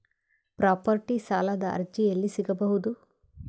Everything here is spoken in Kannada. ಪ್ರಾಪರ್ಟಿ ಸಾಲದ ಅರ್ಜಿ ಎಲ್ಲಿ ಸಿಗಬಹುದು?